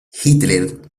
hitler